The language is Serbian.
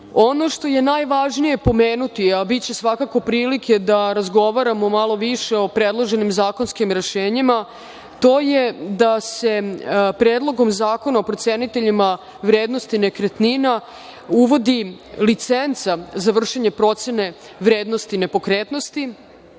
što je najvažnije pomenuti, a biće svakako prilike da razgovaramo malo više o predloženim zakonskim rešenjima, to je da se Predlogom zakona o proceniteljima vrednosti nekretnina uvodi licenca za vršenje procene vrednosti nepokretnosti,